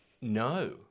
No